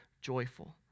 joyful